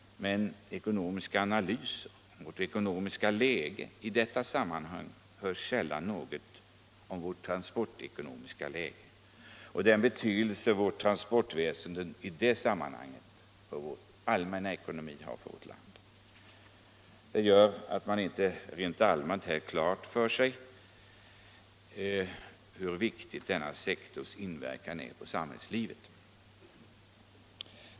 Men i ekonomiska analyser av vår ekonomi hörs sällan något om vårt transportekonomiska läge och den betydelse transportväsendet har för landets allmänna ekonomi. Det gör att man inte rent allmänt har klart för sig denna viktiga sektors inverkan på samhällslivet.